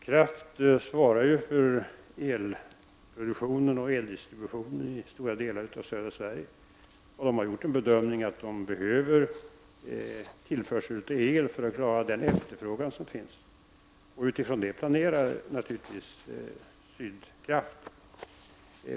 Herr talman! Sydkraft svarar ju för elproduktionen och eldistributionen i stora delar av södra Sverige. Man har gjort bedömningen att man behöver tillförsel av el för att klara den efterfrågan som finns. Sydkraft planerar naturligtvis utifrån den bedömningen.